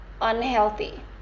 unhealthy